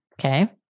okay